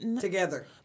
Together